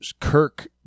Kirk